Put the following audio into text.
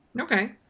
Okay